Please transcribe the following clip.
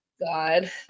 God